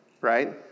right